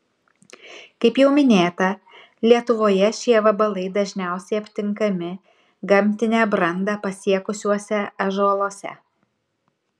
kaip jau minėta lietuvoje šie vabalai dažniausiai aptinkami gamtinę brandą pasiekusiuose ąžuoluose